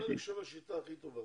אני חושב שזו השיטה הכי טובה.